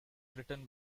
written